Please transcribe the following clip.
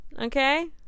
okay